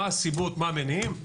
מה הסיבות ומה המניעים,